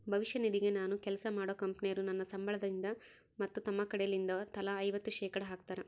ಭವಿಷ್ಯ ನಿಧಿಗೆ ನಾನು ಕೆಲ್ಸ ಮಾಡೊ ಕಂಪನೊರು ನನ್ನ ಸಂಬಳಗಿಂದ ಮತ್ತು ತಮ್ಮ ಕಡೆಲಿಂದ ತಲಾ ಐವತ್ತು ಶೇಖಡಾ ಹಾಕ್ತಾರ